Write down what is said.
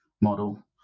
model